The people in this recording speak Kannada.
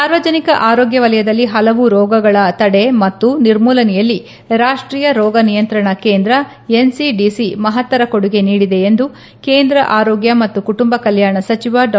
ಸಾರ್ವಜನಿಕ ಆರೋಗ್ಯ ವಲಯದಲ್ಲಿ ಹಲವು ರೋಗಗಳ ತಡೆ ಮತ್ತು ನಿರ್ಮೂಲನೆಯಲ್ಲಿ ರಾಷ್ಷೀಯ ರೋಗ ನಿಯಂತ್ರಣ ಕೇಂದ್ರ ಎನ್ಸಿಡಿಸಿ ಮಹತ್ತರ ಕೊಡುಗೆ ನೀಡಿದೆ ಎಂದು ಕೇಂದ್ರ ಆರೋಗ್ಡ ಮತ್ತು ಕುಟುಂಬ ಕಲ್ಚಾಣ ಸಚಿವ ಡಾ